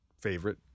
favorite